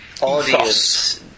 audience